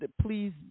please